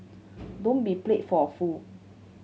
don't be played for a fool